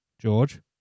George